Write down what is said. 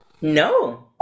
No